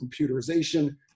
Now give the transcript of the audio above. computerization